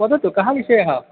वदतु कः विषयः